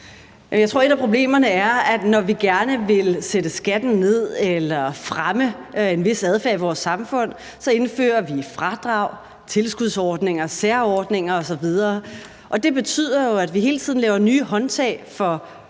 Jeg tror, at et af problemerne er, at når vi gerne vil sætte skatten ned eller fremme en vis adfærd i vores samfund, så indfører vi fradrag, tilskudsordninger, særordninger osv., og det betyder jo, at vi hele tiden laver nye håndtag for